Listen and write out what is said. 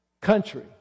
country